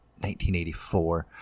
1984